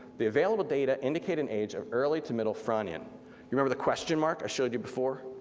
the available data indicate an age of early to middle frannian. you remember the question mark i showed you before,